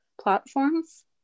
platforms